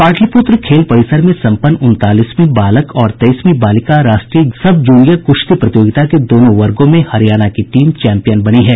पाटलिपुत्र खेल परिसर में सम्पन्न उनतालीसवीं बालक और तेईसवीं बालिका राष्ट्रीय सब जूनियर कृश्ती प्रतियोगिता के दोनों वर्गों में हरियाणा की टीम चैंपियन बनी है